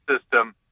system